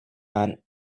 and